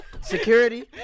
Security